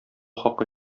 хакы